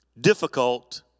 difficult